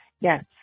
Yes